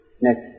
Next